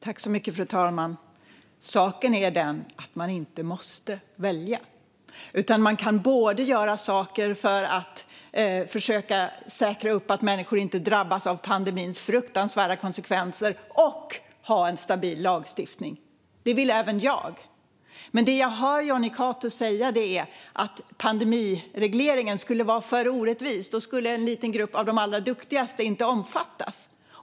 Fru talman! Saken är den att man inte måste välja. Man kan göra saker för att försöka säkra att människor inte drabbas av pandemins fruktansvärda konsekvenser och ha en stabil lagstiftning, vilket även jag vill. Det jag hör Jonny Cato säga är att pandemiregleringen skulle vara för orättvis. Med den skulle en liten grupp av de allra duktigaste inte omfattas.